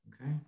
Okay